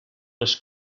les